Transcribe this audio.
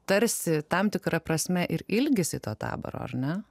tarsi tam tikra prasme ir ilgisi to taboro ar ne